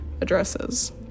addresses